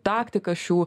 taktika šių